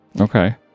Okay